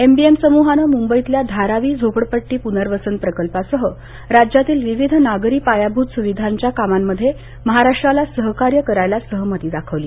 MBM समूहानं मुंबईतल्या धारावी झोपडपट्टी पुनर्वसन प्रकल्पासह राज्यातील विविध नागरी पायाभूत सुविधांच्या कामांमध्ये महाराष्ट्राला सहकार्य करायला सहमती दाखवली